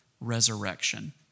resurrection